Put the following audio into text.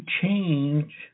change